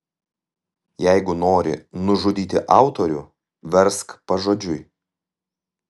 jeigu nori nužudyti autorių versk pažodžiui